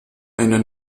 eine